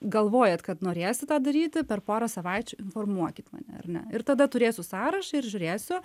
galvojat kad norėsi tą daryti per porą savaičių informuokit mane ar ne ir tada turėsiu sąrašą ir žiūrėsiu